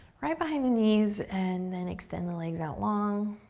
right behind the knees, and then extend the legs out long.